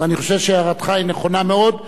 ואני חושב שהערתך נכונה מאוד,